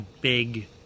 big